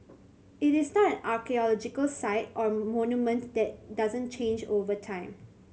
it is not an archaeological site or monument that doesn't change over time